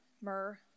myrrh